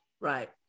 Right